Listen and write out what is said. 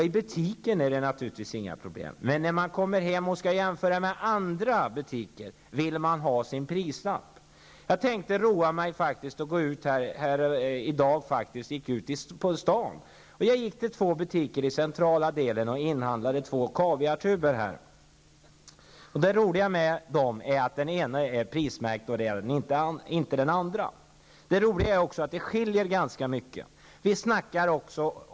I butiken är det naturligtvis inget problem. Men när man kommer hem och skall jämföra med andra butiker vill man ha sin prislapp. Jag roade mig faktiskt i dag med att gå ut på stan. Jag gick till två butiker i den centrala delen och inhandlade två kaviartuber. Det roliga med dem är att den ena är prismärkt och inte den andra. Det roliga är också att det skiljer ganska mycket i pris mellan dem.